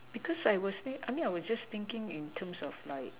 because I will say I mean I was just thinking in terms of like